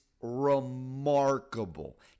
remarkable